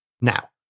Now